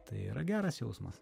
tai yra geras jausmas